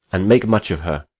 and make much of her.